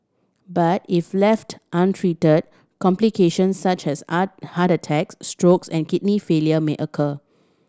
but if left untreated complication such as ah heart attacks stroke and kidney failure may occur